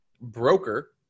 broker